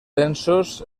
densos